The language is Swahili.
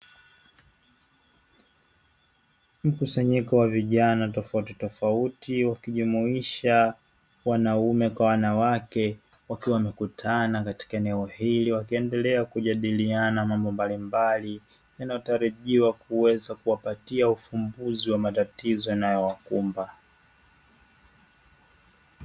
Mkusanyiko wa vijana tofautitofauti wakijumuisha wanaume kwa wanawake ,wakiwa wamekutana katika eneo hili wakiendelelea kujadiliana mambo mbalimbali ,yanayotarajiwa kuweza kuwapatia ufumbuzi wa matatizo yanayowakumba.